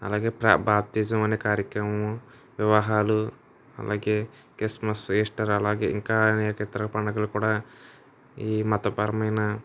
అలాగే ప్రా బాప్తిజం అనే కార్యక్రమము వివాహాలు అలాగే క్రిస్ట్మస్ ఈస్టర్ అలాగే ఇంకా అనేక ఇతర పండగలు కూడా ఈ మతపరమైన